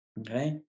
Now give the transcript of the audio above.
Okay